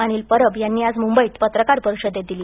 अनिल परब यांनी आज मुंबईत पत्रकार परिषदेत दिली